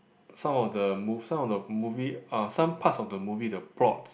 some of the move some of the movie uh some parts of the movie the plot